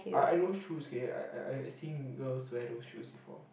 I I know shoes okay I I I seen girls wear those shoes before